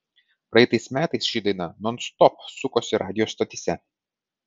praeitais metais ši daina nonstop sukosi radijo stotyse